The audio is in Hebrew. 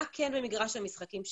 מה כן במגרש המשחקים שלי?